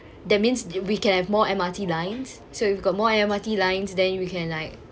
that means d~ we can have more M_R_T lines so if we've got more M_R_T lines then we can like